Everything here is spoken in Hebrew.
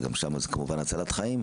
שגם שם זה כמובן הצלת חיים,